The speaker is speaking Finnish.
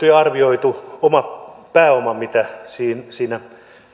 ja arvioidun pääoman pääoman mitä siinä siinä